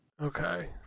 Okay